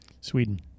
Sweden